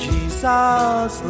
Jesus